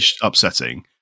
upsetting